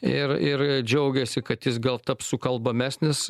ir ir džiaugiasi kad jis gal taps sukalbamesnis